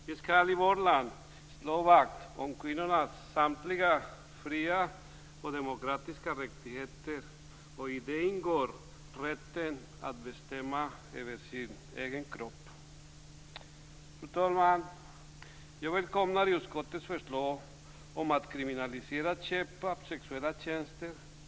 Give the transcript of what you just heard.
Vi skall i vårt land slå vakt om kvinnornas samtliga demokratiska fri och rättigheter, och i det ingår rätten att bestämma över sin egen kropp. Fru talman! Jag välkomnar utskottets förslag om att kriminalisera köp av sexuella tjänster.